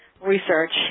research